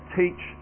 teach